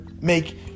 make